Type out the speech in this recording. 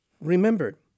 Remember